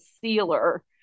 sealer